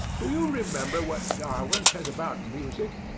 do you remember what darwin says about music?